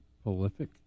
Prolific